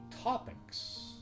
topics